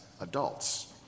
adults